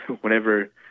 whenever